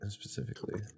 specifically